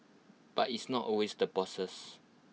but it's not always the bosses